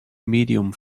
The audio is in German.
medium